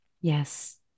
Yes